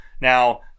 Now